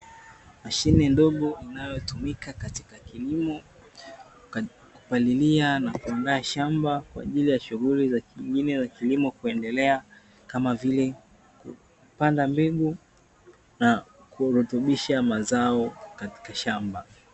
Mashine ndogo inayotumika katika kilimo, kupalilia na kuandaa shamba kwa ajili ya shughuli nyingine za kilimo kuendelea, kama vile kupanda mbegu na kurutubisha mazao katika shamba.